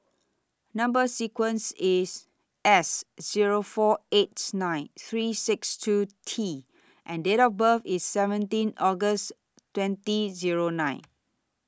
Number sequence IS S Zero four eight nine three six two T and Date of birth IS seventeen August twenty Zero nine